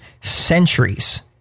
centuries